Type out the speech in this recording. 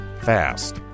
fast